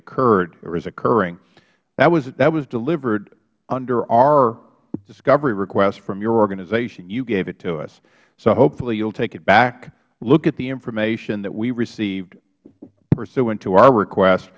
occurred or is occurring that was delivered under our discovery request from your organization you gave it to us so hopefully you'll take it back look at the information that we received pursuant to our request